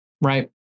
right